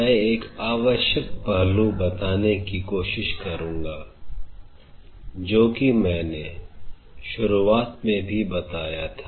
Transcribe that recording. मैं एक आवश्यक पहलू बताने की कोशिश करुंगा जो कि मैंने शुरुआत में भी बताया था